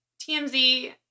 TMZ